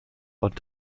und